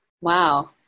Wow